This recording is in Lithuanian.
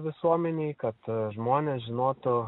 visuomenei kad žmonės žinotų